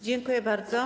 Dziękuję bardzo.